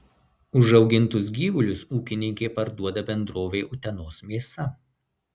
užaugintus gyvulius ūkininkė parduoda bendrovei utenos mėsa